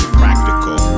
practical